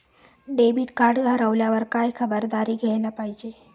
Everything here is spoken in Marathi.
डेबिट कार्ड हरवल्यावर काय खबरदारी घ्यायला पाहिजे?